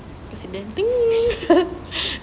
accidentally